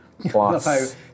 plus